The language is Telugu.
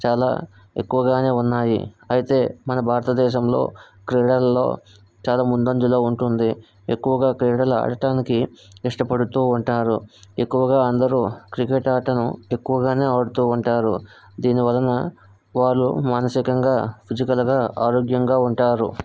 చాలా ఎక్కువగానే ఉన్నాయి అయితే మన భారతదేశంలో క్రీడల్లో చాలా ముందంజలో ఉంటుంది ఎక్కువగా క్రీడలు ఆడటానికి ఇష్టపడుతూ ఉంటారు ఎక్కువగా అందరూ క్రికెట్ అటను ఎక్కువగానే అడుతూ ఉంటారు దీని వలన వాళ్ళు మానసికంగా ఫిజికల్గా ఆరోగ్యంగా ఉంటారు